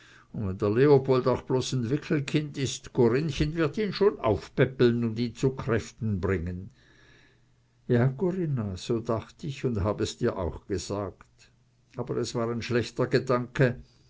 leopold auch bloß ein wickelkind is corinnchen wird ihn schon aufpäppeln und ihn zu kräften bringen ja corinna so dacht ich un hab es dir auch gesagt aber es war ein schlechter gedanke